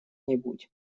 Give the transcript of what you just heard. нибудь